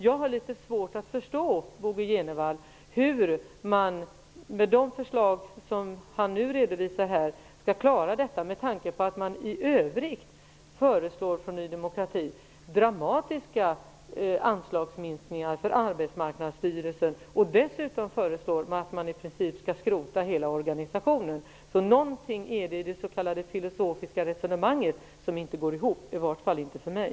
Jag har litet svårt att förstå, Bo G Jenevall, hur ni, med tanke på att ni från Ny demokratis sida i övrigt föreslår dramatiska anslagsminskningar för Arbetsmarknadsstyrelsen skulle kunna genomföra de redovisade förslagen. Dessutom föreslår ni att hela organisationen i princip skall skrotas. Någonting är det i det s.k. filosofiska resonemanget som inte går ihop, i vart fall inte för mig.